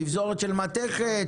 תפזורת של מתכת,